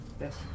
Yes